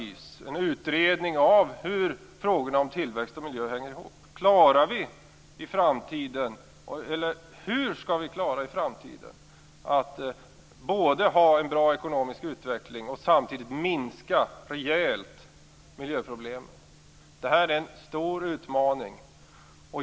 Vi vill göra en utredning av hur frågorna om tillväxt och miljö hänger ihop. Hur skall vi i framtiden klara att både ha en god ekonomisk utveckling och samtidigt rejält minska miljöproblemen? Det är en stor utmaning.